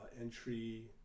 entry